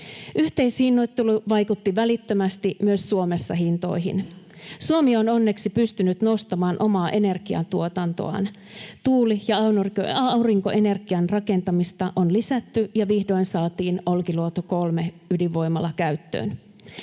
Yhteishinnoittelu vaikutti välittömästi myös Suomessa hintoihin. Suomi on onneksi pystynyt nostamaan omaa energiantuotantoaan. Tuuli- ja aurinkoenergian rakentamista on lisätty, ja vihdoin saatiin Olkiluoto 3 ‑ydinvoimala käyttöön.